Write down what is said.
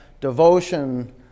devotion